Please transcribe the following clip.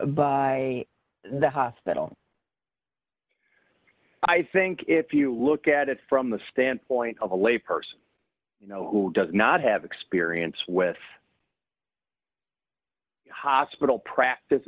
by the hospital i think if you look at it from the standpoint of a lay person who does not have experience with hospital practice